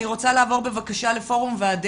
אני רוצה לעבור לפורום ועדי